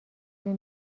این